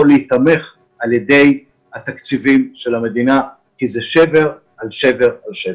להיתמך על ידי התקציבים של המדינה כי זה שבר על שבר על שבר.